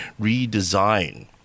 redesign